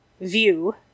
view